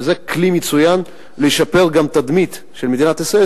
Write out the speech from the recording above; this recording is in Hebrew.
וזה כלי מצוין לשפר גם את התדמית של מדינת ישראל,